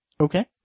Okay